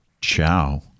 ciao